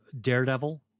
daredevil